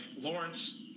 Lawrence